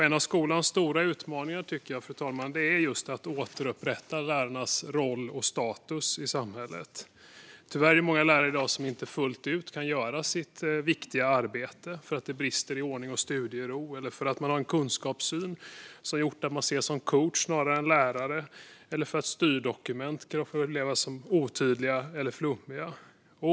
En av skolans stora utmaningar tycker jag, fru talman, är just att återupprätta lärarnas roll och status i samhället. Tyvärr är det många lärare i dag som inte fullt ut kan göra sitt viktiga arbete, därför att det brister i ordning och studiero eller för att man har en kunskapssyn som gör att man ses som coach snarare än lärare eller för att styrdokument kan upplevas som otydliga eller flummiga.